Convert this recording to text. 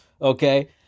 Okay